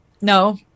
No